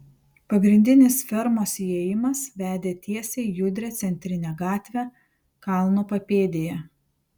pagrindinis fermos įėjimas vedė tiesiai į judrią centrinę gatvę kalno papėdėje